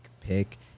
pick